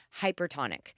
hypertonic